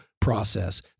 process